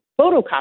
photocopy